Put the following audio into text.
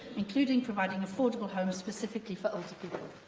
including providing affordable homes specifically for older people.